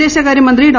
വിദേശകാര്യ മന്ത്രി ഡോ